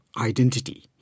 identity